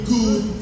Good